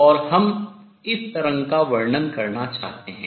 और हम इस तरंग का वर्णन करना चाहते हैं